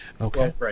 Okay